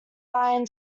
iron